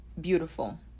beautiful